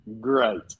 Great